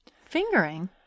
Fingering